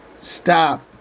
Stop